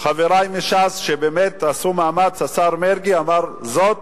חברי מש"ס, שבאמת עשו מאמץ, השר מרגי אמר שזאת